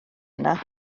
yno